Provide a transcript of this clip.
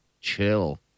chill